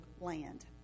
land